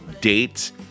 dates